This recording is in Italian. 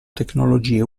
tecnologie